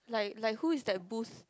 like like who is that boost